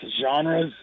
genres